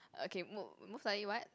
okay mo~ most likely what